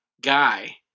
Guy